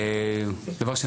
דבר שני,